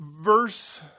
verse